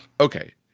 okay